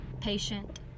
patient